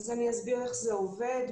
לאותם ילדים.